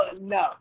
no